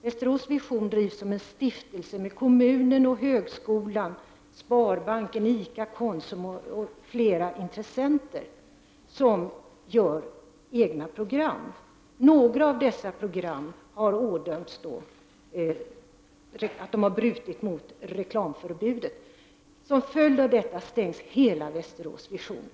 Västerås Vision drivs som en stiftelse med kommunen, högskolan, Sparbanken, ICA, Konsum och flera andra intressenter som gör egna program. Några av dessa program har bedömts bryta mot reklamförbudet. Som följd av detta stängs hela Västerås Vision.